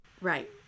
Right